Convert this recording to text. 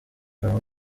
habamo